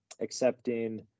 accepting